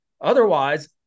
Otherwise